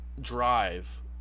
drive